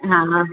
हा हा